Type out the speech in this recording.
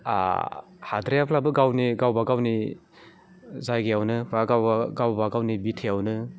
हाद्रायाब्लाबो गावनि गावबा गावनि जायगायावनो बा गावबा गावनि बिथायावनो